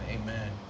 amen